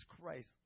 Christ